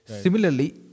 Similarly